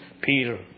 Peter